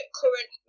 current